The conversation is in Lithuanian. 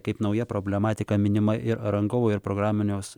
kaip nauja problematika minima ir rangovo ir programiniuos